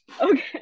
Okay